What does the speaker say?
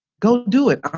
go do it.